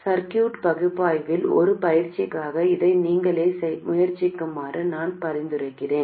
circuit பகுப்பாய்வில் ஒரு பயிற்சியாக இதை நீங்களே முயற்சிக்குமாறு நான் பரிந்துரைக்கிறேன்